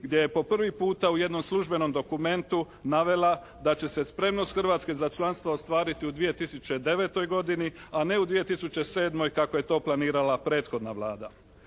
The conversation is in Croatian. gdje je po prvi puta u jednom službenom dokumentu navela da će se spremnost Hrvatske za članstvo ostvariti u 2009. godini, a ne u 2007. kako je to planirala prethodna Vlada.